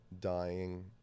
dying